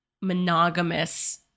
monogamous